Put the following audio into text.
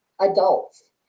adults